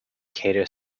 cater